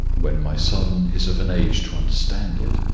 when my son is of an age to understand it.